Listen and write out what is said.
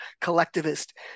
collectivist